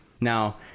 Now